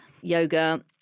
yoga